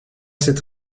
cette